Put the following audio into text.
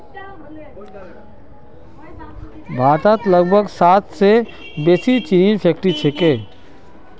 भारतत लगभग सात सौ से बेसि चीनीर फैक्ट्रि छे